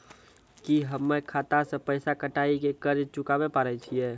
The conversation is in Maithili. की हम्मय खाता से पैसा कटाई के कर्ज चुकाबै पारे छियै?